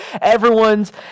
Everyone's